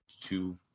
two